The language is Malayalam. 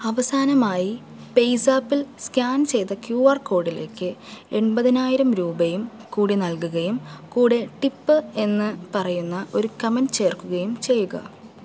അവസാനമായി പേയ്സാപ്പിൽ സ്കാൻ ചെയ്ത ക്യു ആർ കോഡിലേക്ക് എൺപതിനായിരം രൂപയും കൂടി നൽകുകയും കൂടെ ടിപ്പ് എന്ന് പറയുന്ന ഒരു കമൻറ്റ് ചേർക്കുകയും ചെയ്യുക